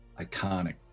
iconic